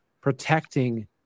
protecting